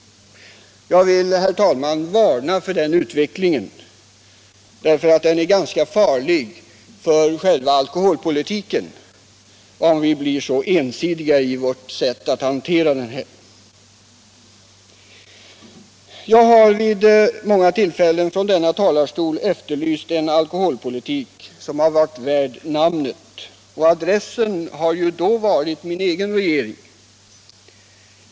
Jag vill, herr talman, varnå för den utvecklingen. Det är ganska farligt för själva alkoholpolitiken, om vi blir så ensidiga i vårt sätt att hantera den. Jag har vid många tillfällen från denna talarstol efterlyst en alkoholpolitik som har varit värd namnet, och adressen har då varit min egen regering.